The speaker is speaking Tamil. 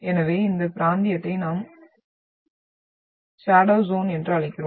எனவே இந்த பிராந்தியத்தை நாம் ஷடோவ் ஜ்யோன் என்று சொல்கிறோம்